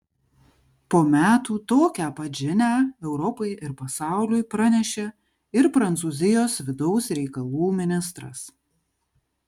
po metų tokią pat žinią europai ir pasauliui pranešė ir prancūzijos vidaus reikalų ministras